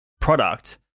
product